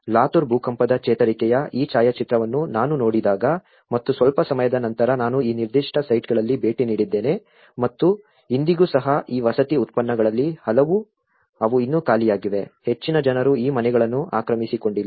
ಲಾತೂರ್ ಭೂಕಂಪದ ಚೇತರಿಕೆಯ ಈ ಛಾಯಾಚಿತ್ರವನ್ನು ನಾನು ನೋಡಿದಾಗ ಮತ್ತು ಸ್ವಲ್ಪ ಸಮಯದ ನಂತರ ನಾನು ಈ ನಿರ್ದಿಷ್ಟ ಸೈಟ್ಗಳಿಗೆ ಭೇಟಿ ನೀಡಿದ್ದೇನೆ ಮತ್ತು ಇಂದಿಗೂ ಸಹ ಈ ವಸತಿ ಉತ್ಪನ್ನಗಳಲ್ಲಿ ಹಲವು ಅವು ಇನ್ನೂ ಖಾಲಿಯಾಗಿವೆ ಹೆಚ್ಚಿನ ಜನರು ಈ ಮನೆಗಳನ್ನು ಆಕ್ರಮಿಸಿಕೊಂಡಿಲ್ಲ